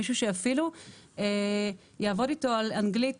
מישהו שאפילו יעבוד איתו על אנגלית